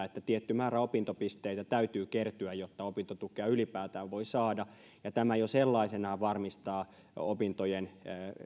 että tietty määrä opintopisteitä täytyy kertyä jotta opintotukea ylipäätään voi saada ja tämä jo sellaisenaan varmistaa opintojen